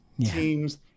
teams